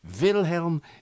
Wilhelm